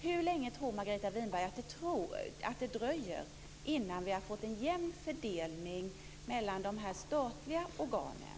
Hur länge tror Margareta Winberg att det dröjer innan vi har fått en jämn fördelning i fråga om de här statliga organen?